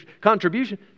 contribution